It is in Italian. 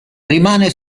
rimane